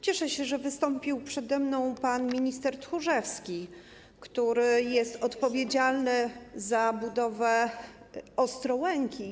Cieszę się, że wystąpił przede mną pan minister Tchórzewski, który jest odpowiedzialny za budowę Ostrołęki.